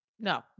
No